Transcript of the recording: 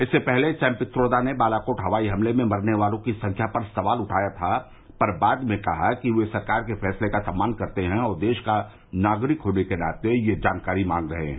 इससे पहले सैम पित्रोदा ने बालाकोट हवाई हमले में मरने वालों की संख्या पर सवाल उठाया था पर बाद में कहा कि वे सरकार के फैसले का सम्मान करते हैं और देश का नागरिक होने के नाते ये जानकारी मांग रहे है